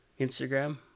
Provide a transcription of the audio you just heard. Instagram